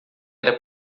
era